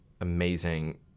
amazing